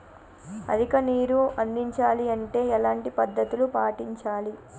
అధిక నీరు అందించాలి అంటే ఎలాంటి పద్ధతులు పాటించాలి?